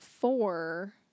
four